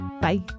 Bye